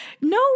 no